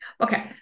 Okay